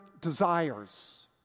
desires